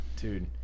dude